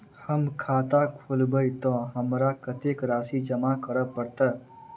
हम खाता खोलेबै तऽ हमरा कत्तेक राशि जमा करऽ पड़त?